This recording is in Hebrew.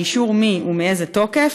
באישור מי ובאיזה תוקף?